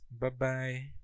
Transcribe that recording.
bye-bye